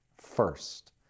first